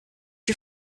you